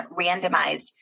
randomized